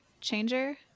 changer